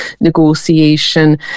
negotiation